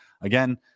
again